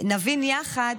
נבין יחד,